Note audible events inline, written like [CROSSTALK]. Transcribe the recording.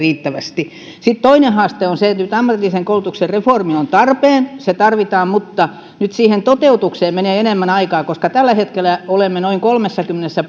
sitten toinen haaste on se että vaikka nyt ammatillisen koulutuksen reformi on tarpeen se tarvitaan niin siihen toteutukseen menee enemmän aikaa koska tällä hetkellä olemme noin kolmessakymmenessä [UNINTELLIGIBLE]